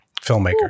Filmmaker